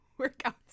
workouts